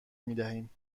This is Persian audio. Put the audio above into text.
میدهیم